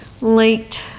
late